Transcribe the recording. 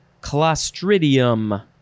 clostridium